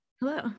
Hello